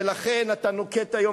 ולכן אתה נוקט היום,